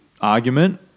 argument